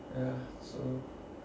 ya so